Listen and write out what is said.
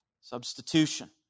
Substitution